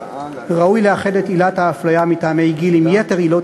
ראוי לאחד את עילת האפליה מטעמי גיל עם יתר עילות